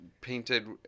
painted